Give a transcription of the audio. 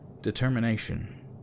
Determination